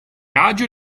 agio